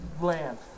land